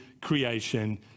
creation